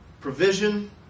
provision